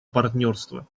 партнерства